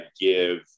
give